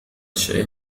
الشاي